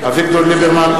ליברמן,